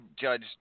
judge